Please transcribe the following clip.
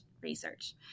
research